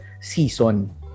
season